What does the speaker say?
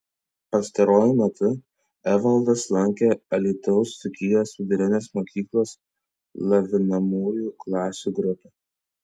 pastaruoju metu evaldas lankė alytaus dzūkijos vidurinės mokyklos lavinamųjų klasių grupę